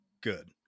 good